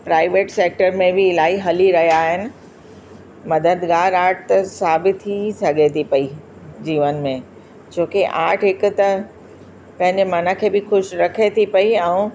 private sector में बि इलाही हली रहिया आहिनि मददगार आर्ट त साबित थी सघे थी पई जीवन में छो के आर्ट हिक त पंहिंजे मन खे बि ख़ुशि रखे थी पई ऐं